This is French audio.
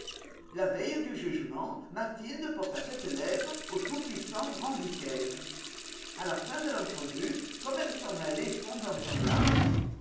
la veille du jugement mathilde porta cette lettre au tout-puissant grand vicaire a la fin de l'entrevue comme elle s'en allait fondant en larmes